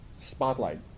spotlight